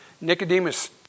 Nicodemus